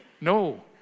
No